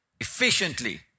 efficiently